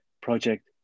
project